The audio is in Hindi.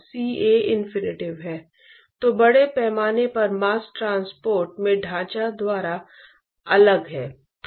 तो ऐसा करने का सुरुचिपूर्ण तरीका ट्रांसपोर्ट गुणांक को परिभाषित करना होगा